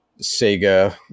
Sega